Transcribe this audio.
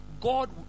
God